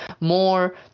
more